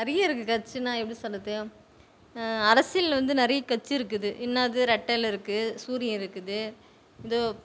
நிறைய இருக்குது கட்சின்னால் எப்படி சொல்கிறது அரசியல் வந்து நிறைய கட்சி இருக்குது என்னாது ரெட்டஇல இருக்குது சூரியன் இருக்குது இதோ